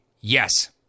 Yes